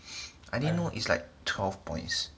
I didn't know it's like twelve points